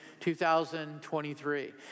2023